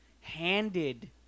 handed